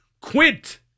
Quint